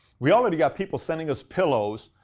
we already got people sending us pillows,